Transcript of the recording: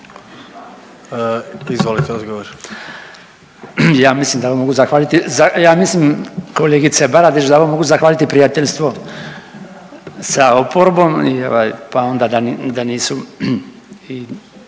**Bačić, Branko (HDZ)** Ja mislim da mogu zahvaliti, ja mislim kolegice Baradić da vama mogu zahvaliti prijateljstvo sa oporbom pa onda da nisu,